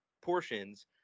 portions